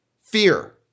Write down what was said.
Fear